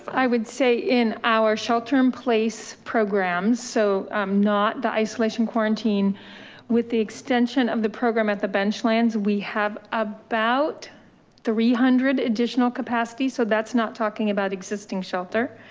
i would say in our shelter in place programs. so um not the isolation quarantine with the extension of the program at the bench lands, we have about three hundred additional capacity. so that's not talking about existing shelter.